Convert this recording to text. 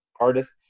artists